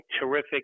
terrific